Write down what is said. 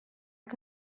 que